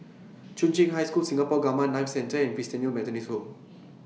Chung Cheng High School Singapore Gamma Knife Centre and Christalite Methodist Home